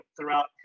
throughout